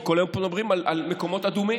כי כל היום פה מדברים על מקומות אדומים.